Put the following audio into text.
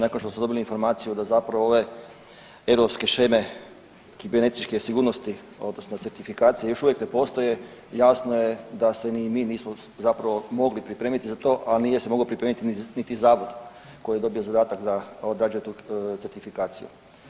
Nakon što ste dobili informaciju da zapravo ove europske sheme kibernetičke sigurnosti odnosno certifikacije još uvijek ne postoje jasno je da se ni mi nismo mogli pripremiti za to, a nije se mogao pripremiti niti zavod koji je dobio zadatak da određuje tu certifikaciju.